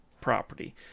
property